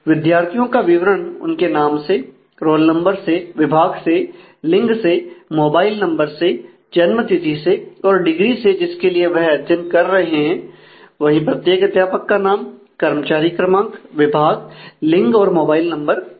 विद्यार्थियों का विवरण उनके नाम से रोल नंबर से विभाग से लिंग से मोबाइल नंबर से जन्म तिथि से और डिग्री से जिसके लिए वह अध्ययन कर रहे हैं वहीं प्रत्येक अध्यापक का नाम कर्मचारी क्रमांक विभाग लिंग और मोबाइल नंबर होता है